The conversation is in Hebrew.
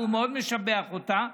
והוא מאוד משבח אותה.